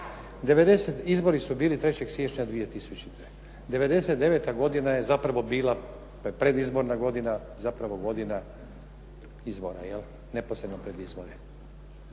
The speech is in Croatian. Izbori su bili 3. siječnja 2000. '99. godina je zapravo bila predizborna godina, zapravo godina izbora, neposredno pred izbore.